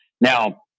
Now